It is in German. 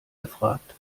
gefragt